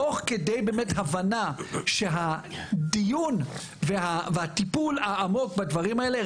תוך כדי הבנה שהדיון והטיפול העמוק בדברים האלה,